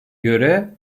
göre